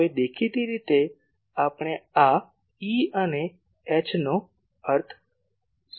હવે દેખીતી રીતે આપણે આ E અને Hનો શું અર્થ કરીએ છીએ